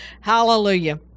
Hallelujah